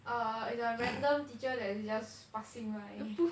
uh it's a random teacher that is just passing by